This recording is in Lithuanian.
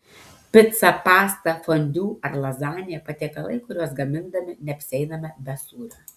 pica pasta fondiu ar lazanija patiekalai kuriuos gamindami neapsieiname be sūrio